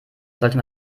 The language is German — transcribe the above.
sollte